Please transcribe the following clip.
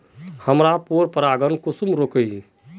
हमार पोरपरागण कुंसम रोकीई?